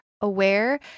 aware